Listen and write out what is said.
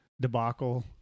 debacle